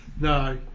No